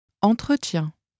Entretien